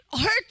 hurt